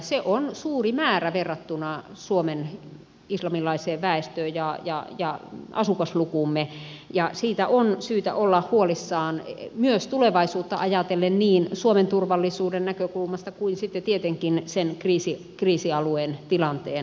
se on suuri määrä verrattuna suomen islamilaiseen väestöön ja asukaslukuumme ja siitä on syytä olla huolissaan myös tulevaisuutta ajatellen niin suomen turvallisuuden näkökulmasta kuin tietenkin sen kriisialueen tilanteen vuoksi